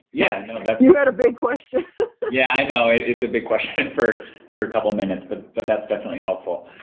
yeah, no that you had a big question! yeah, i know it's a big question for for a couple minutes, but but that's definitely helpful.